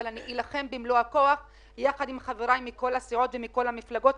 אבל אני אלחם במלוא הכוח ביחד עם חבריי מכל הסיעות ומכל המפלגות,